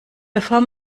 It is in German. bevor